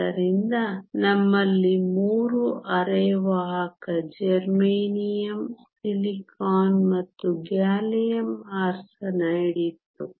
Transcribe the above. ಆದ್ದರಿಂದ ನಮ್ಮಲ್ಲಿ ಮೂರು ಅರೆವಾಹಕ ಜೆರ್ಮೇನಿಯಮ್ ಸಿಲಿಕಾನ್ ಮತ್ತು ಗ್ಯಾಲಿಯಂ ಆರ್ಸೆನೈಡ್ ಇತ್ತು